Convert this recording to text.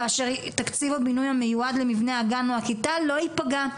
כאשר תקציב הבינוי המיועד למבנה הגן או הכיתה לא ייפגע,